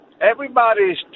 everybody's